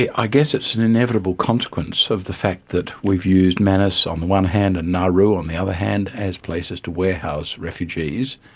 i guess it's an inevitable consequence of the fact that we've used manus on the one hand and nauru on the other hand as places to warehouse refugees,